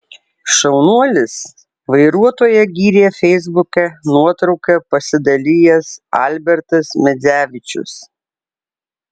šaunuolis vairuotoją gyrė feisbuke nuotrauka pasidalijęs albertas medzevičius